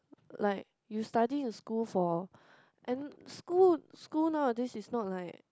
like you study in school for and school school nowadays is not like